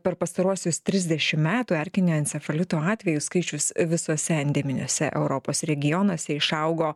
per pastaruosius trisdešim metų erkinio encefalito atvejų skaičius visose endeminiuose europos regionuose išaugo